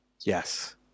Yes